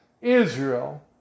Israel